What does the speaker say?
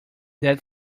that